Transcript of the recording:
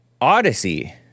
Odyssey